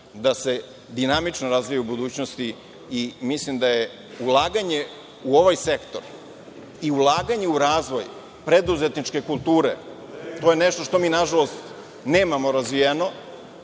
da se dinamično razvija u budućnosti i mislim da je ulaganje u ovaj sektor i ulaganje u razvoj preduzetničke kulture, to je nešto što mi, nažalost, nemamo razvijeno